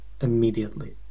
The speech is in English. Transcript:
immediately